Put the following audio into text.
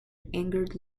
angered